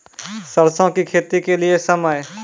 सरसों की खेती के लिए समय?